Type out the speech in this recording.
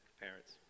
Parents